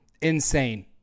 insane